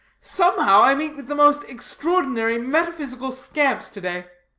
somehow i meet with the most extraordinary metaphysical scamps to-day.